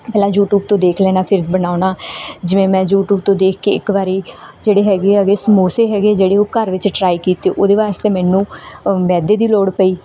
ਪਹਿਲਾਂ ਯੂਟੀਊਬ ਤੋਂ ਦੇਖ ਲੈਣਾ ਫਿਰ ਬਣਾਉਣਾ ਜਿਵੇਂ ਮੈਂ ਯੂਟੀਊਬ ਤੋਂ ਦੇਖ ਕੇ ਇੱਕ ਵਾਰ ਜਿਹੜੇ ਹੈਗੇ ਐਗੇ ਸਮੋਸੇ ਹੈਗੇ ਜਿਹੜੇ ਉਹ ਘਰ ਵਿੱਚ ਟਰਾਈ ਕੀਤੇ ਉਹਦੇ ਵਾਸਤੇ ਮੈਨੂੰ ਮੈਦੇ ਦੀ ਲੋੜ ਪਈ